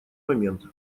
момент